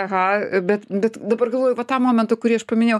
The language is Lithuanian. aha bet bet dabar galvoju va tą momentą kurį aš paminėjau